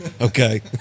Okay